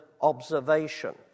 observation